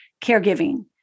caregiving